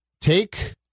Take